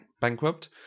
bankrupt